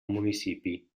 municipi